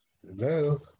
Hello